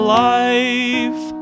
life